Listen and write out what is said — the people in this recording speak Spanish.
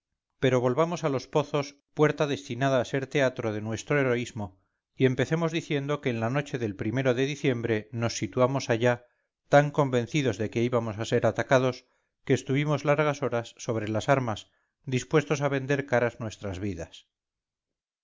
pero volvamos a los pozos puerta destinada a ser teatro de nuestro heroísmo y empecemos diciendo que en la noche del o de diciembre nos situamos allá tan convencidos de que íbamos a ser atacados que estuvimos largas horas sobre las armas dispuestos a vender caras nuestras vidas